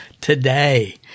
Today